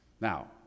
Now